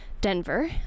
Denver